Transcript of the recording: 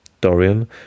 Dorian